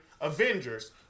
Avengers